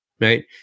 Right